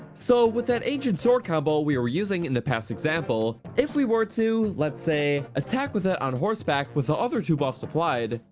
so with that ancient sword combo we were using in the past example, if we were to, lets say, attack with it on horseback with the other two buffs applied,